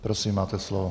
Prosím, máte slovo.